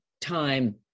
time